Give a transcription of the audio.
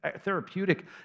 therapeutic